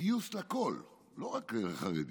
גיוס לכול, לא רק לחרדים,